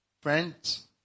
Friends